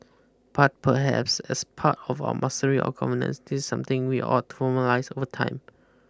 but perhaps as part of our mastery of governance this is something we ought to formalise over time